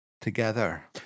together